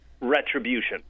retribution